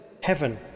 heaven